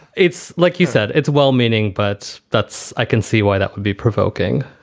it's like you said, it's well-meaning, but that's i can see why that would be provoking